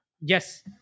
yes